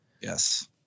Yes